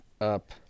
up